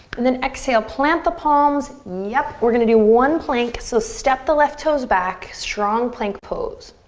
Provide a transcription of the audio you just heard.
and then exhale, plant the palms. yep, we're gonna do one plank so step the left toes back. strong plank pose.